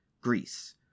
Greece